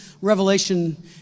Revelation